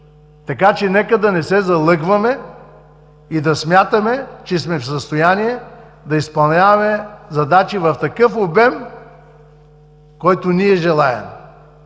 души. Нека не се залъгваме и да смятаме, че сме в състояние да изпълняваме задачи в такъв обем, който ние желаем.